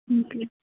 okay